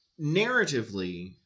narratively